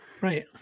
Right